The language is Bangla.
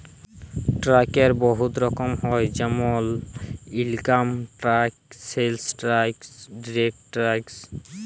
ট্যাক্সের বহুত রকম হ্যয় যেমল income tax, sales tax, direct tax